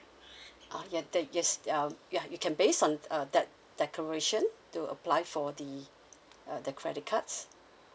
uh the yes that um ya you can base on uh that declaration to apply for the uh the credit cards